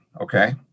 okay